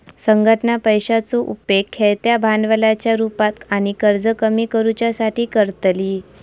संघटना पैशाचो उपेग खेळत्या भांडवलाच्या रुपात आणि कर्ज कमी करुच्यासाठी करतली